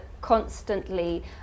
constantly